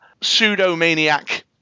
pseudo-maniac